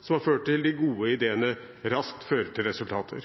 som har ført til at de gode ideene raskt fører til resultater.